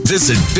Visit